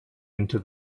into